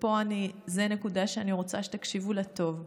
וזאת נקודה שאני רוצה שתקשיבו לה טוב,